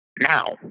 Now